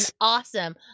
awesome